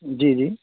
جی جی